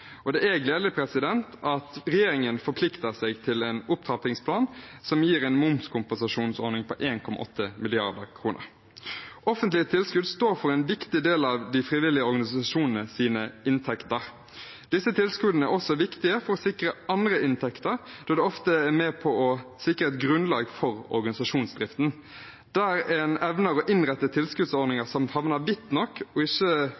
Det er gledelig at regjeringen forplikter seg til en opptrappingsplan som gir en momskompensasjonsordning på 1,8 mrd. kr. Offentlige tilskudd står for en viktig del av de frivillige organisasjonenes inntekter. Disse tilskuddene er også viktige for å sikre andre inntekter, da de ofte er med på å sikre et grunnlag for organisasjonsdriften. Der en evner å innrette tilskuddsordninger som favner vidt nok og